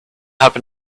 happen